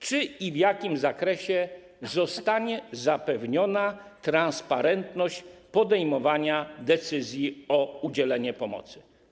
Czy i w jakim zakresie zostanie zapewniona transparentność podejmowania decyzji o udzielenie pomocy?